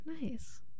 Nice